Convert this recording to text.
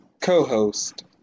co-host